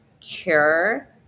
cure